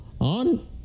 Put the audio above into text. on